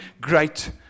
great